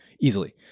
Easily